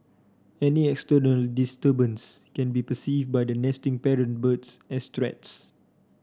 any external disturbance can be perceived by the nesting parent birds as threats